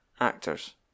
actors